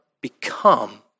become